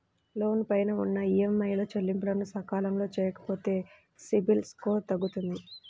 లోను పైన ఉన్న ఈఎంఐల చెల్లింపులను సకాలంలో చెయ్యకపోతే సిబిల్ స్కోరు తగ్గుతుంది